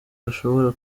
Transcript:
bashobora